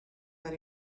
that